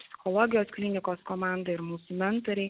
psichologijos klinikos komanda ir mūsų mentoriai